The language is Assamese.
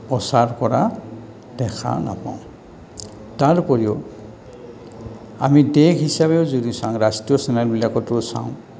প্ৰচাৰ কৰা দেখা নাপাওঁ তাৰ উপৰিও আমি দেশ হিচাপেও যদি চাওঁ ৰাষ্ট্ৰীয় চেনেলবিলাকতো চাওঁ